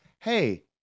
Hey